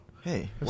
Hey